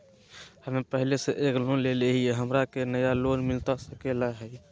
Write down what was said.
हमे पहले से एक लोन लेले हियई, हमरा के नया लोन मिलता सकले हई?